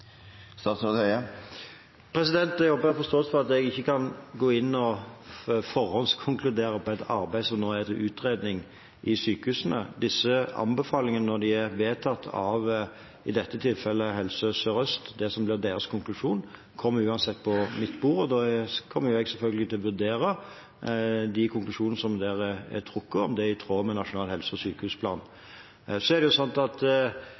Jeg håper det er forståelse for at jeg ikke kan gå inn og forhåndskonkludere et arbeid som nå er til utredning i sykehusene. Disse anbefalingene, når de er vedtatt, i dette tilfellet av Helse Sør-Øst, og det som blir deres konklusjon, kommer uansett på mitt bord. Da kommer jeg selvfølgelig til å vurdere om de konklusjonene som der er trukket opp, er i tråd med Nasjonal helse- og sykehusplan. Disse ulike modellene som nå diskuteres, er